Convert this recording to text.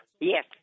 Yes